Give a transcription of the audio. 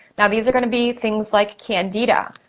now, these are gonna be things like candida.